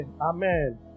Amen